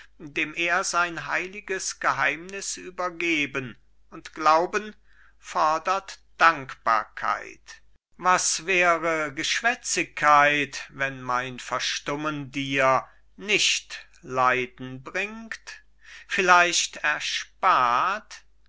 dem er sein heiliges geheimnis übergeben und glauben fordert dankbarkeit was wäre geschwätzigkeit wenn mein verstummen dir nicht leiden bringt vielleicht erspart